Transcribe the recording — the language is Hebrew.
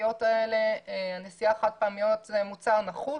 שקיות נשיאה חד פעמיות זה מוצר נחות.